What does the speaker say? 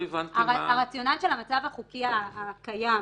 הרציונל של המצב החוקי הקיים,